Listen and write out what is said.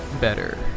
better